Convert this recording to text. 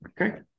okay